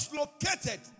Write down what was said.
located